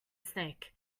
snake